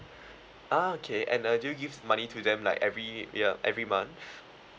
ah okay and uh do you give money to them like every year every month